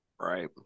right